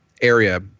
area